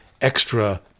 extra